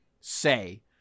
say